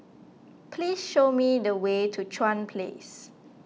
please show me the way to Chuan Place